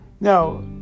now